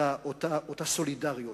אותה סולידריות,